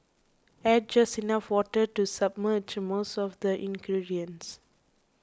add just enough water to submerge most of the ingredients